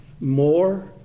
more